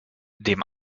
dem